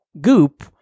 goop